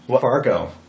Fargo